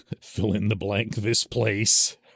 fill-in-the-blank-this-place